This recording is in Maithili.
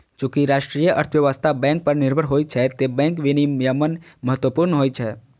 चूंकि राष्ट्रीय अर्थव्यवस्था बैंक पर निर्भर होइ छै, तें बैंक विनियमन महत्वपूर्ण होइ छै